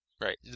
Right